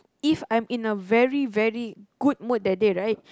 if I'm in a very very good mood that day right